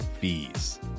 fees